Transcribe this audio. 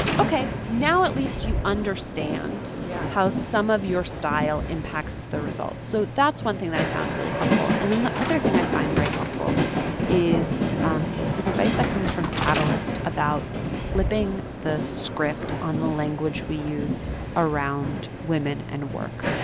ok. now at least you understand. yeah. how some of your style impacts the results. so that's one thing that i found really helpful. and then the other thing i find very helpful is um is advice that comes from catalyst about flipping the script on the language we use around women and work,